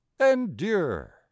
endure